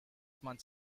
months